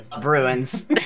Bruins